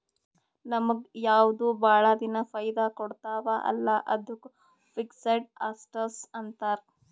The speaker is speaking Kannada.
ನಮುಗ್ ಯಾವ್ದು ಭಾಳ ದಿನಾ ಫೈದಾ ಕೊಡ್ತಾವ ಅಲ್ಲಾ ಅದ್ದುಕ್ ಫಿಕ್ಸಡ್ ಅಸಸ್ಟ್ಸ್ ಅಂತಾರ್